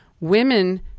Women